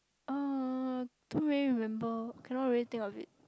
uh to many to remember cannot really think of it